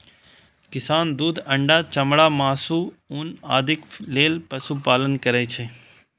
किसान दूध, अंडा, चमड़ा, मासु, ऊन आदिक लेल पशुपालन करै छै